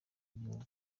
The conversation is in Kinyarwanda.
igihugu